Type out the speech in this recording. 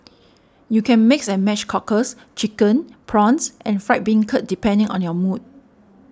you can mix and match cockles chicken prawns and fried bean curd depending on your mood